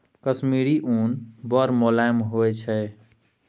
कश्मीरी उन बड़ मोलायम होइ छै